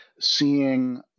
seeing